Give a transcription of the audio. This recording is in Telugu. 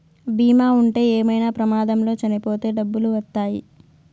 బీమా ఉంటే ఏమైనా ప్రమాదంలో చనిపోతే డబ్బులు వత్తాయి